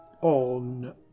on